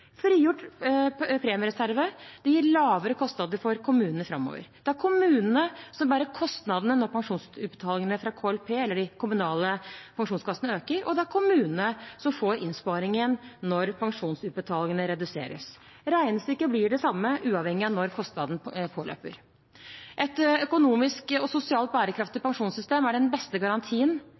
Frigjort premiereserve gir lavere kostnader for kommunene framover. Det er kommunene som bærer kostnadene når pensjonsutbetalingene fra KLP eller de kommunale pensjonskassene øker, og det er kommunene som får innsparingen når pensjonsutbetalingene reduseres. Regnestykket blir det samme uavhengig av når kostnaden påløper. Et økonomisk og sosialt bærekraftig pensjonssystem er den beste garantien